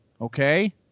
okay